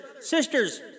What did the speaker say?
Sisters